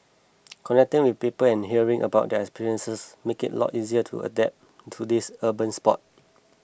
connecting with people and hearing about their experiences make it a lot easier to adapt to this urban sport